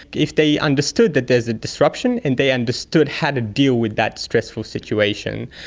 if they understood that there is a disruption and they understood how to deal with that stressful situation.